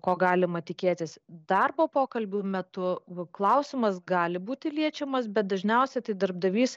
ko galima tikėtis darbo pokalbių metu klausimas gali būti liečiamas bet dažniausiai tai darbdavys